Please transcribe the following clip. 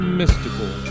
mystical